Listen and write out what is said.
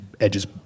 Edge's